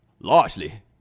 largely